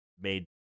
made